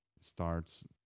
starts